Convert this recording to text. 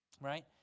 Right